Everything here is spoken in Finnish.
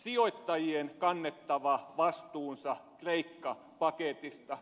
sijoittajien kannettava vastuunsa kreikka paketista